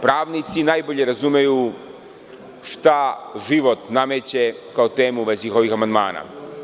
Pravnici najbolje razumeju šta život nameće kao temu u vezi ovih amandmana.